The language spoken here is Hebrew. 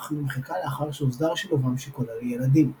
אך נמחקה לאחר שהוסדר שילובם של כל הילדים.